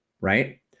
right